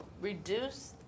reduce